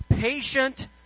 patient